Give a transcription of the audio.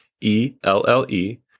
E-L-L-E